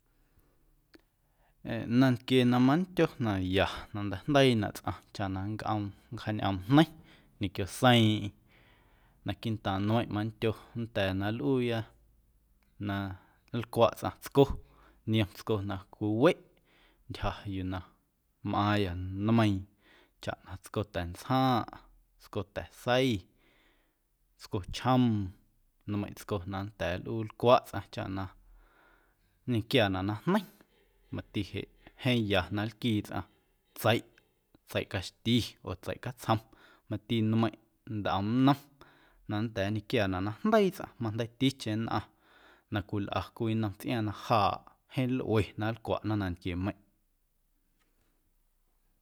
Nantquie na mandyo na ya na nnteijndeiinaꞌ tsꞌaⁿ chaꞌ na nncꞌoom nncjaañꞌoomjneiⁿ ñequio seiiⁿꞌeⁿ naquiiꞌntaaⁿ nmeiⁿꞌ mandyo nnda̱a̱ a nlꞌuuya na nlcwaꞌ tsꞌa tsco niom tsco na cwiweꞌ ntyja yuu na mꞌaaⁿya nmeiiⁿ chaꞌ na tscota̱ntsjaⁿꞌ, tscota̱sei, tscochjoom nmeiⁿꞌ tsco na nnda̱a̱ nlꞌuu nlcwaꞌ tsꞌaⁿ chaꞌ na ñequiaanaꞌ na jneiⁿ matiꞌ jeꞌ jeeⁿ na nlquii tsꞌaⁿ tseiꞌ tseiꞌ caxti oo tseiꞌ catsjom mati nmeiⁿꞌ ntꞌom nnom na nnda̱a̱ ñequiaanaꞌ na jndeii tsꞌaⁿ majndeiiticheⁿ nnꞌaⁿ na cwilꞌa cwii nnom tsꞌiaaⁿ na jaaꞌ jeeⁿ lꞌue na nlcwaꞌna nantquiemeiⁿꞌ.